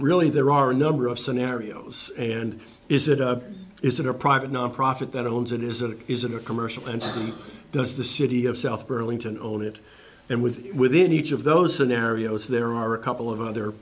really there are a number of scenarios and is it is it a private nonprofit that owns it is it is it a commercial and does the city of south burlington own it and with it within each of those scenarios there are a couple of other